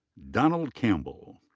donald campbell.